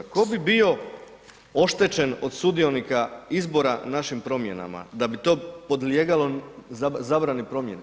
Tko bi bio oštećen od sudionika izbora našim promjenama da bi to podlijegalo zabrani promjene?